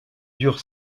dure